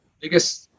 biggest